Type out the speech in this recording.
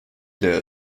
leer